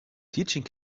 teaching